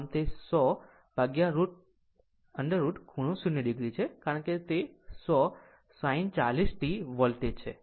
આમ તે 100 √ ખૂણો 0 o છે કારણ કે તે 100 sin 40 t વોલ્ટેજ છે